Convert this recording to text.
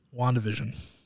WandaVision